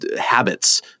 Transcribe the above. habits